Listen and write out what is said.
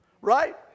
Right